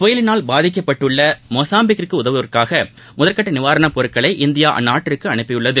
புயலினால் பாதிக்கப்பட்டுள்ள மொசாம்பிக் கிற்கு உதவுவதற்காக முதற்கட்ட நிவாரணப் பொருட்களை இந்தியா அந்நாட்டிற்கு அனுப்பி உள்ளது